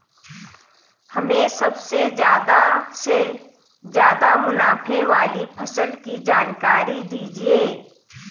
हमें सबसे ज़्यादा से ज़्यादा मुनाफे वाली फसल की जानकारी दीजिए